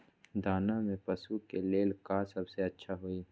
दाना में पशु के ले का सबसे अच्छा होई?